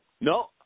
No